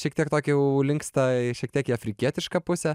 šiek tiek tokią jau linksta į šiek tiek į afrikietišką pusę